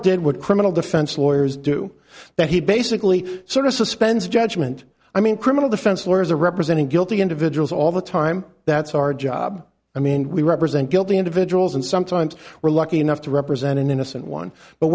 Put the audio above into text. deadwood criminal defense lawyers do that he basically sort of suspends judgment i mean criminal defense lawyers are representing guilty individuals all the time that's our job i mean we represent guilty individuals and sometimes we're lucky enough to represent an innocent one but